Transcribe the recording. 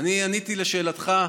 אני עניתי על שאלתך.